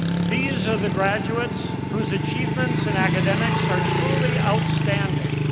these are the graduates whose achievements in academics are truly outstanding.